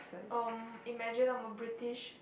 erm imagine I'm a British